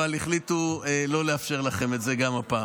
אבל החליטו לא לאפשר לכם את זה גם הפעם.